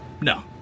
No